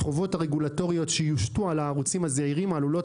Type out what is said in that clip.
החובות הרגולטוריות שיושתו על הערוצים הזעירים עלולות